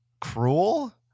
cruel